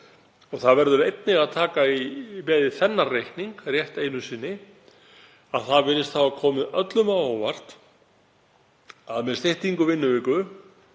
Það verður einnig að taka með í þennan reikning, rétt einu sinni, að það virðist hafa komið öllum á óvart að með styttingu vinnuviku